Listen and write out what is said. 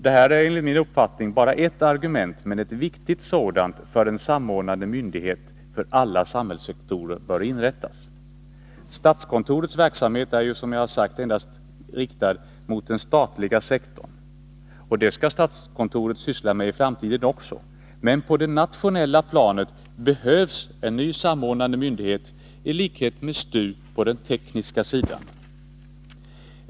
Detta är bara ett argument, men ett viktigt sådant, för att en samordnande myndighet för alla samhällssektorer bör inrättas. Statskontoret riktar som sagt sin verksamhet endast mot den statliga sektorn. Det skall statskontoret göra i framtiden också, men på det nationella planet behövs en ny, samordnande myndighet i likhet med styrelsen för teknisk utveckling, STU, på den tekniska sidan.